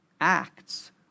acts